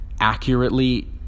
accurately